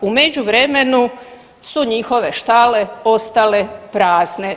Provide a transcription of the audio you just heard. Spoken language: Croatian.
U međuvremenu su njihove štale postale prazne.